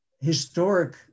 historic